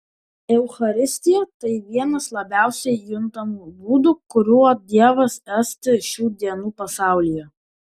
eucharistija tai vienas labiausiai juntamų būdų kuriuo dievas esti šių dienų pasaulyje